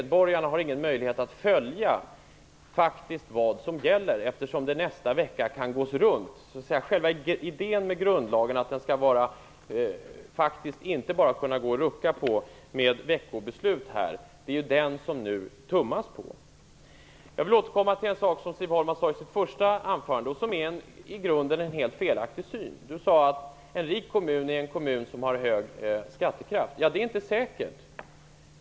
Medborgarna har ingen faktisk möjlighet att följa vad som gäller, eftersom detta nästa vecka kan gås runt. Det är ju själva idén med grundlagen, att den inte skall kunna ruckas på med veckobeslut, som det nu tummas på. Jag vill återkomma till en sak som Siv Holma sade i sitt huvudanförande och som är en i grunden helt felaktig syn. Siv Holma sade att en rik kommun är en kommun som har hög skattekraft. Men det är inte säkert.